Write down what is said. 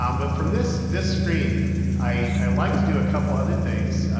um but from this this screen i like to do a couple of other things,